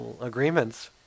agreements